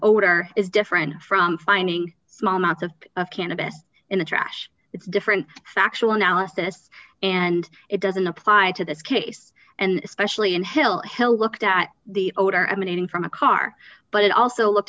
order is different from finding small amounts of of cannabis in the trash it's different factual analysis and it doesn't apply to this case and especially in hill hill looked at the odor emanating from a car but it also looked